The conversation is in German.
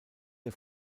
der